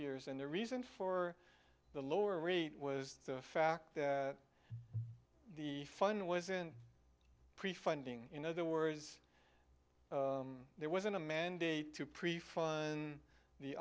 years and the reason for the lower rate was the fact that the fund wasn't prefunding in other words there wasn't a mandate to prefund the